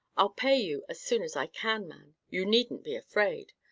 i'll pay you as soon as i can, man you needn't be afraid.